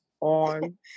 on